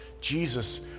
Jesus